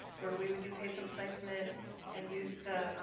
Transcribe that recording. where we would do patient placement and use the.